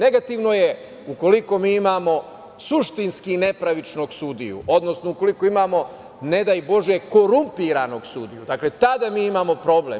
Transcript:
Negativno je ukoliko mi imamo suštinski nepravičnog sudiju, odnosno ukoliko imamo, ne daj bože, korumpiranog sudiju, dakle, tada mi imamo problem.